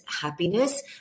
happiness